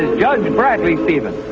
judge bradley seaver